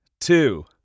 two